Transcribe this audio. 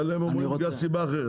אבל הם אומרים בגלל סיבה אחרת,